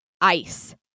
ice